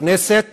בכנסת